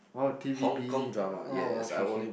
oh t_v_b oh okay okay